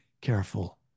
careful